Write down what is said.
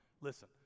listen